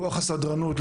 כוח הסדרנות,